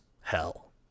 hell